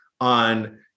on